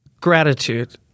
gratitude